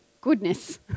goodness